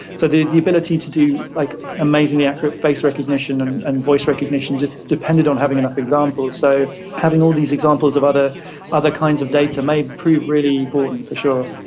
so the the ability to do like amazingly accurate face recognition and and voice recognition depended on having enough examples. so having all these examples of other other kinds of data may prove really important, for sure.